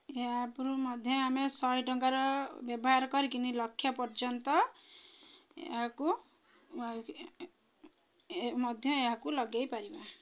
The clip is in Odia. ଏ ଆପ୍ରୁ ମଧ୍ୟ ଆମେ ଶହେ ଟଙ୍କାର ବ୍ୟବହାର କରିକିନା ଲକ୍ଷ ପର୍ଯ୍ୟନ୍ତ ଏହାକୁ ମଧ୍ୟ ଏହାକୁ ଲଗାଇ ପାରିବା